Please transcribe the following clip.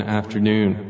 afternoon